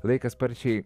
laikas sparčiai